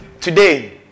today